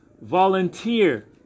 volunteer